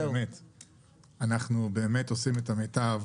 אנחנו באמת עושים את המיטב,